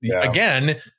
again